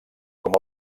com